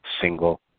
single